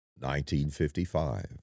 1955